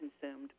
consumed